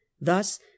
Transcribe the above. thus